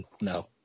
No